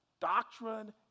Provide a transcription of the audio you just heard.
Doctrine